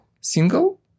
single